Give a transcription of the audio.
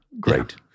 Great